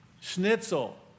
Schnitzel